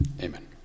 Amen